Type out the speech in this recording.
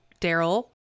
Daryl